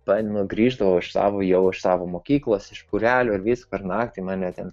pamenu grįždavau iš savo jau iš savo mokyklos iš būrelio ir naktį mane ten